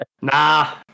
Nah